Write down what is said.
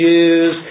Jews